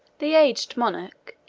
the aged monarch,